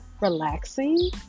relaxing